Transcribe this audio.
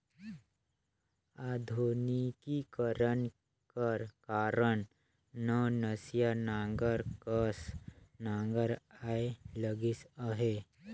आधुनिकीकरन कर कारन नवनसिया नांगर कस नागर आए लगिस अहे